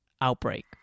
outbreak